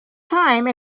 time